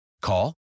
Call